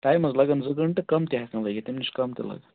time حظ لَگان زٕ گَھنٹہٕ کَم تہِ ہیٚکن لٔگِتھ کُنہِ وِزِ چھُ کَم تہِ لَگن